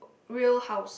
real house